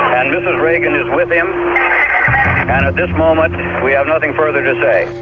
and mrs reagan is with him, and at this moment we have nothing further to say.